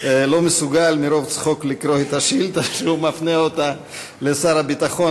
לא מסוגל מרוב צחוק לקרוא את השאילתה שהוא מפנה לשר הביטחון,